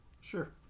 Sure